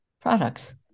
products